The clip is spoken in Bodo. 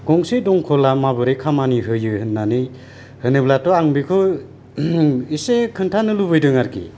गंसे दंखला माबोरै खामानि होयो होननानै होनोब्लाथ' आं बेखौ एसे खोन्थानो लुबैदों आरोखि